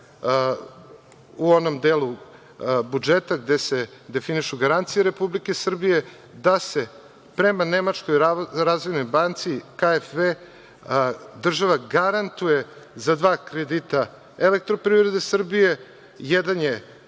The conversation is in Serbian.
u onom delu budžeta gde se definišu garancije Republike Srbije, da se prema Nemačkoj razvojnoj banci KFE, država garantuje za dva kredita Elektroprivrede Srbije. Jedan je